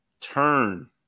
turn